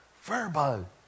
verbal